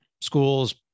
schools